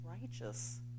righteous